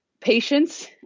patience